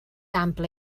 ample